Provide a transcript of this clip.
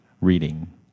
reading